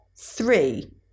three